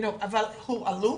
אבל הדברים הועלו,